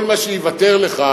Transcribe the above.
כל מה שייוותר לך